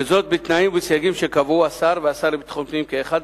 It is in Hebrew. וזאת בתנאים ובסייגים שקבעו השר והשר לביטחון הפנים כאחד,